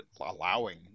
allowing